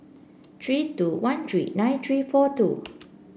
three two one three nine three four two